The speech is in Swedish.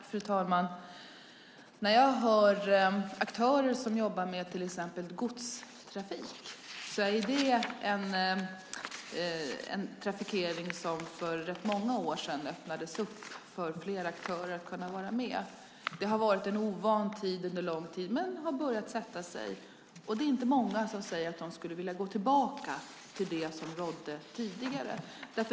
Fru talman! När jag hör aktörer som jobbar med till exempel godstrafik är det en trafikering som för rätt många år sedan öppnades för fler aktörer att kunna vara med. Det har varit en ovan tid under lång tid, men det har börjat sätta sig. Det är inte många som säger att de skulle vilja gå tillbaka till det som rådde tidigare.